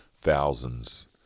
thousands